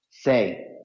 say